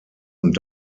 und